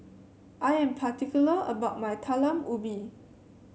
I am particular about my Talam Ubi